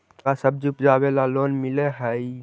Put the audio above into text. का सब्जी उपजाबेला लोन मिलै हई?